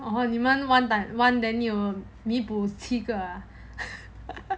oh oh 你们 one time [one] then you 弥补七个 ah